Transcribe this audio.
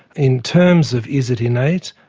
in terms of is it innate?